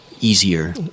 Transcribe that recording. easier